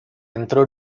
entró